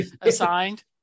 assigned